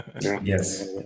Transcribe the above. Yes